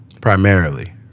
primarily